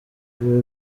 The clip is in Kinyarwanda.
ibi